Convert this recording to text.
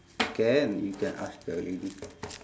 can you can ask the lady